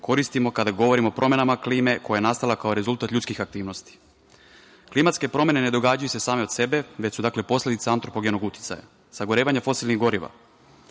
koristimo kada govorimo o promenama klime koja je nastala kao rezultat ljudskih aktivnosti. Klimatske promene ne događaju se same od sebe, već su posledica antropogenog uticaja. Sagorevanje fosilnih goriva